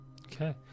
Okay